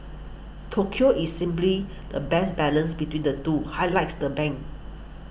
Tokyo is the best balance between the two highlights the bank